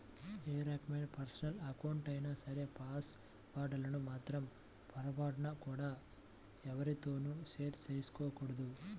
ఏ రకమైన పర్సనల్ అకౌంట్లైనా సరే పాస్ వర్డ్ లను మాత్రం పొరపాటున కూడా ఎవ్వరితోనూ షేర్ చేసుకోకూడదు